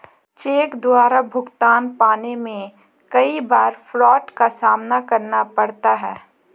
check द्वारा भुगतान पाने में कई बार फ्राड का सामना करना पड़ता है